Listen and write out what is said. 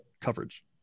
coverage